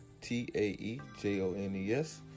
t-a-e-j-o-n-e-s